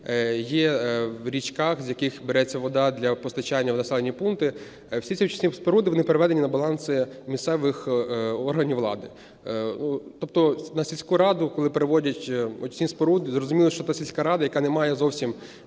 є в річках, з яких береться вода для постачання в населені пункти, всі ці очисні споруди вони переведені на баланси місцевих органів влади. Тобто на сільську раду коли переводять очисні споруди, зрозуміло, що та сільська рада, яка не має зовсім